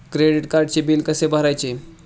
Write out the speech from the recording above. Credit कार्डचे bill कसे भरायचे?